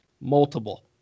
multiple